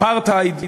"אפרטהייד"